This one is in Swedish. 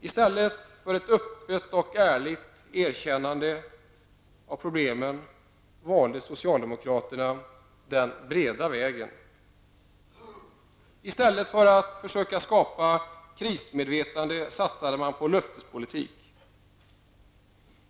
I stället för att öppet och ärligt erkänna problemen valde socialdemokraterna den breda vägen. I stället för att försöka skapa krismedvetande satsade man på löftespolitik.